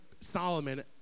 Solomon